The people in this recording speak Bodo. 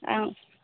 आं